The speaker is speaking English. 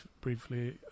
briefly